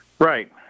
Right